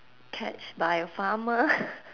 catch by a farmer